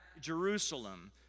Jerusalem